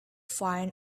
find